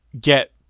get